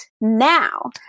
now